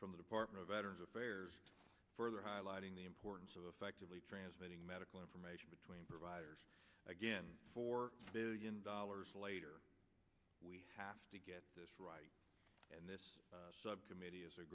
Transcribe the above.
from the department of veterans affairs further highlighting the importance of effectively transmitting medical information between providers again four billion dollars later we have to get this right and this subcommittee is a